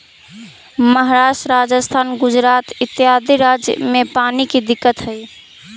महाराष्ट्र, राजस्थान, गुजरात इत्यादि राज्य में पानी के दिक्कत हई